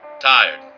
Tired